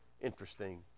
interesting